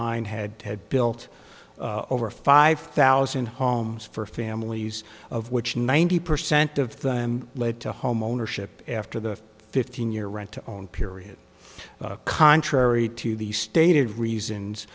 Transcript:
nine had had built over five thousand homes for families of which ninety percent of them led to homeownership after the fifteen year rent to own period contrary to the stated reasons